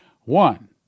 One